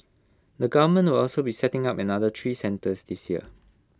the government will also be setting up another three centres this year